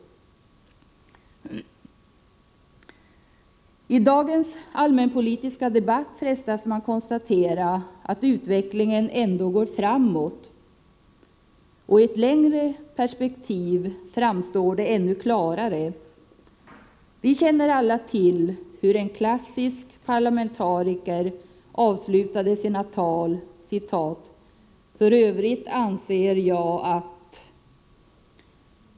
Efter dagens allmänpolitiska debatt frestas man konstatera att utvecklingen ändå går framåt. Och i ett längre perspektiv framstår det ännu klarare. Vi känner alla till hur en klassisk parlamentariker avslutade sina tal: ”För Övrigt anser jag att -—--”.